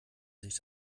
sich